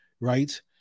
Right